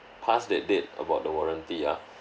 past that date about the warranty ah